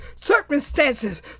circumstances